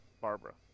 Barbara